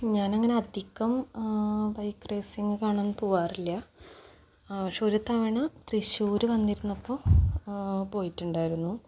ഞാനങ്ങനെ അധികം bike racing കാണാന് പോകാറില്ല പക്ഷേ ഒരു തവണ തൃശ്ശൂര് വന്നിരുന്നപ്പോള് പോയിട്ടുണ്ടായിരുന്നു